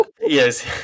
Yes